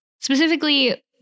Specifically